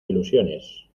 ilusiones